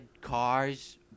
cars